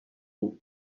bit